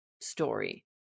story